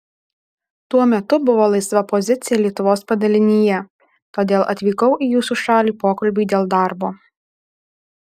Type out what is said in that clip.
tuo metu buvo laisva pozicija lietuvos padalinyje todėl atvykau į jūsų šalį pokalbiui dėl darbo